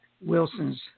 Wilson's